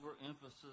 overemphasis